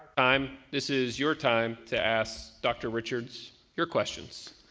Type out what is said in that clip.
um this is your time to ask dr. richards your questions.